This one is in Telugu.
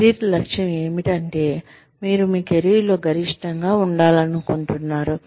కెరీర్ లక్ష్యం ఏమిటంటే మీరు మీ కెరీర్లో గరిష్టంగా ఉండాలనుకుంటున్నారు